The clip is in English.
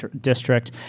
district